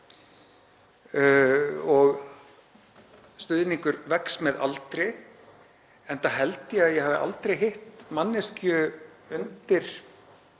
stuðningur vex með aldri, enda held ég að ég hafi aldrei hitt manneskju undir